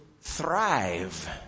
thrive